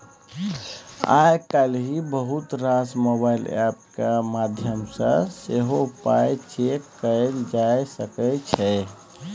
आइ काल्हि बहुत रास मोबाइल एप्प केर माध्यमसँ सेहो पाइ चैक कएल जा सकै छै